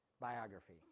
Biography